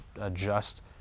adjust